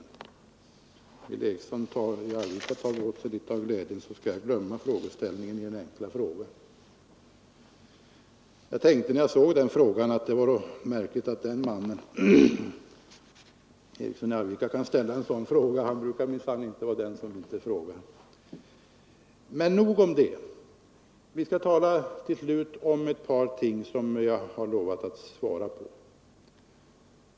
Vill herr Eriksson i Arvika något dela den glädjen skall jag glömma formuleringen av hans enkla fråga. Jag tänkte när jag såg den att det var märkligt att den hade ställts av herr Eriksson i Arvika —- han brukar inte vara den som inte väntar med att uttala sig. Men nog om det. Vi skall till slut tala om ett par spörsmål som jag lovat svara på.